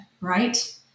right